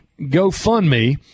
GoFundMe